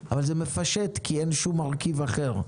אבל זה מפשט כי אין שום מרכיב אחר.